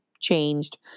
changed